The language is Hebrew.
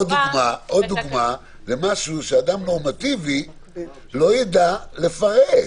עוד דוגמה למשהו שאדם נורמטיבי לא ידע לפרש.